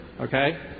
Okay